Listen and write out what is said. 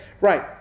right